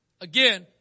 Again